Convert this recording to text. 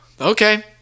Okay